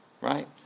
right